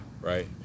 right